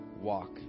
walk